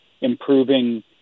improving